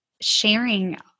sharing